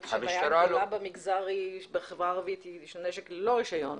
הבעיה הגדולה בחברה הערבית היא נשק ללא רישיון,